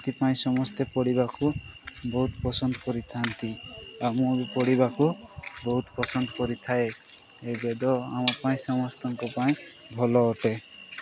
ସେଥିପାଇଁ ସମସ୍ତେ ପଢ଼ିବାକୁ ବହୁତ ପସନ୍ଦ କରିଥାନ୍ତି ଆଉ ମୁଁ ବି ପଢ଼ିବାକୁ ବହୁତ ପସନ୍ଦ କରିଥାଏ ଏ ବେଦ ଆମ ପାଇଁ ସମସ୍ତଙ୍କ ପାଇଁ ଭଲ ଅଟେ